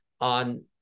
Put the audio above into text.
on